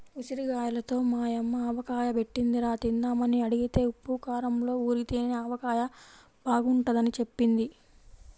ఉసిరిగాయలతో మా యమ్మ ఆవకాయ బెట్టిందిరా, తిందామని అడిగితే ఉప్పూ కారంలో ఊరితేనే ఆవకాయ బాగుంటదని జెప్పింది